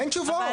אין תשובות.